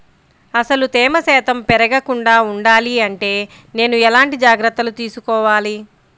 అసలు తేమ శాతం పెరగకుండా వుండాలి అంటే నేను ఎలాంటి జాగ్రత్తలు తీసుకోవాలి?